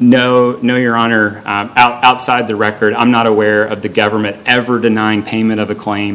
no no your honor outside the record i'm not aware of the government ever denying payment of a claim